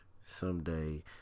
someday